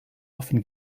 often